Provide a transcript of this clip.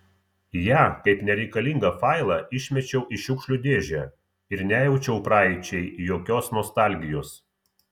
ją kaip nereikalingą failą išmečiau į šiukšlių dėžę ir nejaučiau praeičiai jokios nostalgijos